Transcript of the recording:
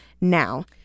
now